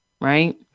right